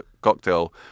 cocktail